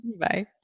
Bye